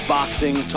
Boxing